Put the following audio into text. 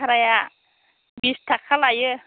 भाराया बिस थाखा लायो